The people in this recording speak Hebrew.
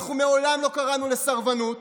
אנחנו מעולם לא קראנו לסרבנות